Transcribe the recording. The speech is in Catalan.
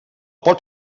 pot